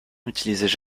utilisaient